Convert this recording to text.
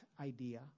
idea